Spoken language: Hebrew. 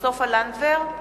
סופה לנדבר,